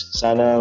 sana